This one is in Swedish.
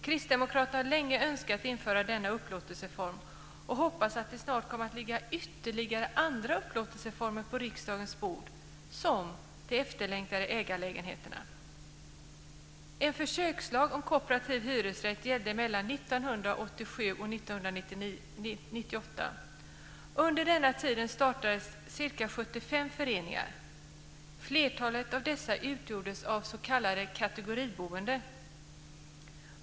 Kristdemokraterna har länge önskat införa denna upplåtelseform och hoppas att det snart kommer att ligga ytterligare andra upplåtelseformer på riksdagens bord som t.ex. kategoriboende.